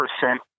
percent